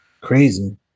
crazy